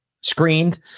screened